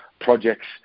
projects